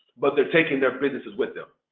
but they're taking their businesses with them.